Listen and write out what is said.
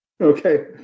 Okay